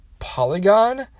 Polygon